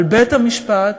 על בית-המשפט,